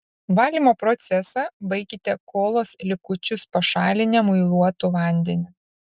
valymo procesą baikite kolos likučius pašalinę muiluotu vandeniu